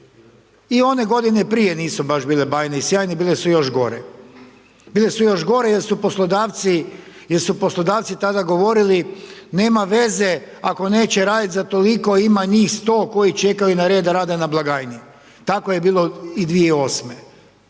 i one godine prije nisu baš bile bajne i sjajne, bile su još gore jer su poslodavci tada govorili, nema veze ako neće raditi za toliko, ima njih 100 koji čekaju na red da rade na blagajni. Tako je bilo i 2008.-me,